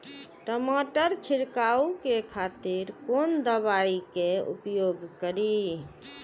टमाटर छीरकाउ के खातिर कोन दवाई के उपयोग करी?